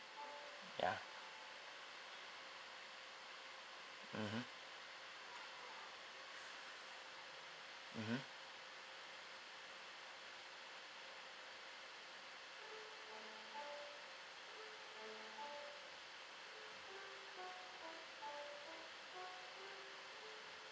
ya mmhmm mmhmm